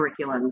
curriculums